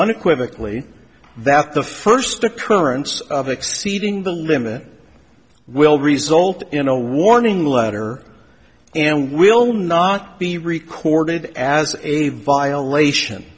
unequivocally that the first occurrence of exceeding the limit will result in a warning letter and will not be recorded as a violation